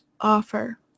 offer